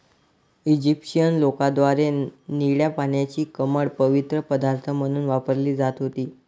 Egyptian लोकांद्वारे निळ्या पाण्याची कमळ पवित्र पदार्थ म्हणून वापरली जात होती